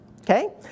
okay